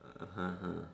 (uh huh)